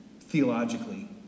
theologically